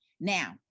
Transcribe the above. Now